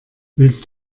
willst